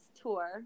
tour